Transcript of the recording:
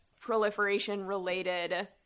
proliferation-related